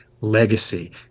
legacy